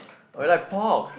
oh you like pork